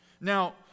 Now